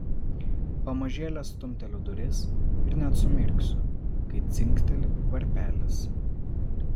pamažėle stumteliu duris ir net sumirksiu kai dzingteli varpelis